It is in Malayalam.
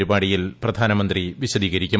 പരിപാടിയിൽ പ്രധാനമന്ത്രി വിശദീകരിക്കും